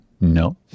no